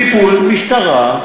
טיפול משטרה,